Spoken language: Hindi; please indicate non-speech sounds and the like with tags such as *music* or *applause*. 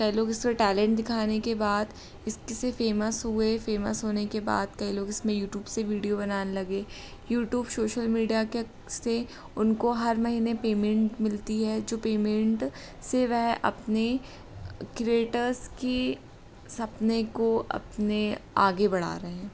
कई लोग इसमें टैलेंट दिखाने के बाद इस किससे फ़ेमस हुए फ़ेमस होने के बाद कई लोग इसमें यूटूब से वीडियो बनाने लगे यूटूब शोशल मीडया *unintelligible* से उनको हर महीने पेमेंट मिलती है जो पेमेंट से वह अपने क्रिएटर्ज़ के सपने को अपने आगे बढ़ा रहे हैं